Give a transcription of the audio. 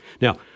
Now